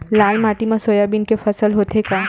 लाल माटी मा सोयाबीन के फसल होथे का?